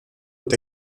und